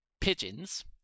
Pigeons